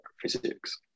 physics